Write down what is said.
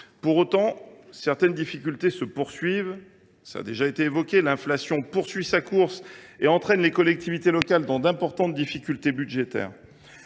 Pour autant, certaines difficultés perdurent. Cela a été dit, l’inflation poursuit sa course et entraîne les collectivités locales dans d’importantes difficultés budgétaires.